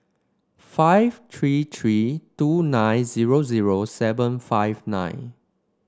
five three three two nine zero zero seven five nine